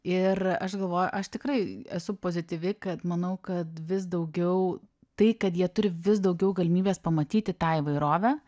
ir aš galvoju aš tikrai esu pozityvi kad manau kad vis daugiau tai kad jie turi vis daugiau galimybės pamatyti tą įvairovę